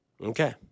Okay